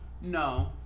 no